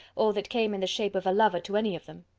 or that came in the shape of a lover to any of them.